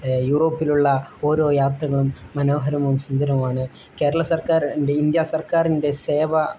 യൂറോപ്പിലുള്ള ഓരോ യാത്രകളും മനോഹരവും സുന്ദരവുമാണ് കേരള സർക്കാരിൻ്റെ ഇന്ത്യ സർക്കാരിൻ്റെ സേവ